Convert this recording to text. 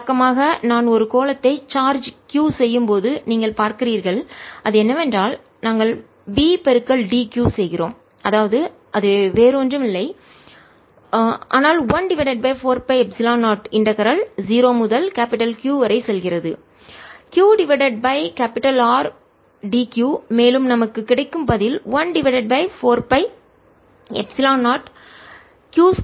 வழக்கமாக நான் ஒரு கோளத்தை சார்ஜ் q செய்யும் போது நீங்கள் பார்க்கிறீர்கள் அது என்னவென்றால் நாங்கள் v dq செய்கிறோம் அதாவது அது வேறு ஒன்றும் இல்லை ஆனால் 1 divided by 4 pi epsilon 0 integral 0 முதல் Q வரை செல்கிறது q divided by R dq மேலும் நமக்கு கிடைக்கும் பதில் 1 divided by 4 pi epsilon 0 Q 2 divided by 2R என்பதாகும்